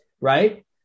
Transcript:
right